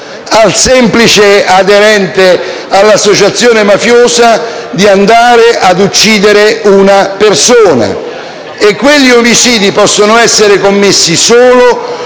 al semplice aderente all'associazione mafiosa di andare ad uccidere una persona. Quegli omicidi possono essere commessi solo